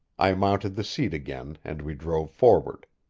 i mounted the seat again, and we drove forward.